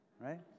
right